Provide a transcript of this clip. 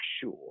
sure